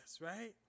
right